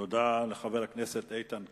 תודה לחבר הכנסת איתן כבל.